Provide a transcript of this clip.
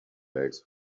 bags